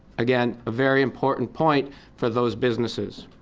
again, a very important point for those businesses.